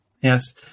Yes